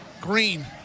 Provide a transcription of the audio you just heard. Green